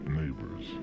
neighbors